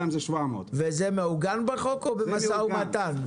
זה 700. וזה מעוגן בחוק או במשא ומתן?